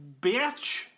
Bitch